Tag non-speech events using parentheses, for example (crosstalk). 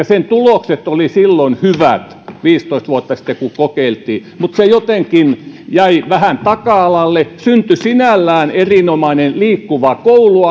(unintelligible) sen tulokset olivat hyvät silloin viisitoista vuotta sitten kun sitä kokeiltiin mutta se jotenkin jäi vähän taka alalle syntyi sinällään erinomainen liikkuva koulu (unintelligible)